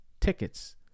tickets